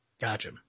Gotcha